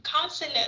counselor